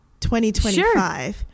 2025